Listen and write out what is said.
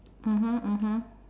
(uh huh) (uh huh)